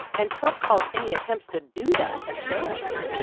and trump calls any attempts to do that a sham.